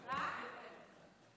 במחלות,